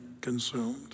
consumed